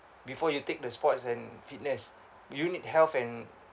before you take the sports and fitness you need health and